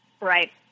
Right